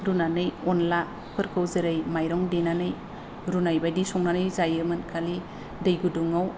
रुनानै अनलाफोरखौ जेरै माइरं देनानै रुनायबायदि संनानै जायोमोन खालि दै गुदुङाव